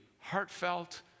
heartfelt